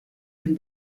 dem